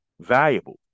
valuable